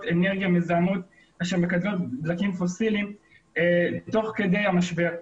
אנרגיה מזהמות אשר מקדמות דלקים פוסיליים תוך כדי המשבר.